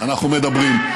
אנחנו מדברים.